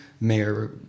Mayor